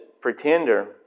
Pretender